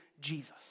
Jesus